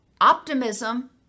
optimism